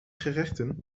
gerechten